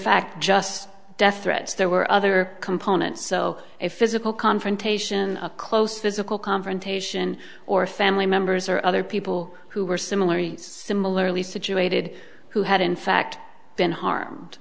fact just death threats there were other components so a physical confrontation a close physical confrontation or family members or other people who were similarly similarly situated who had in fact been harmed